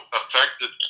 affected